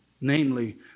Namely